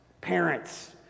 Parents